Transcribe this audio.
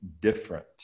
different